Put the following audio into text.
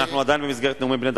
אנחנו עדיין במסגרת נאומים בני דקה?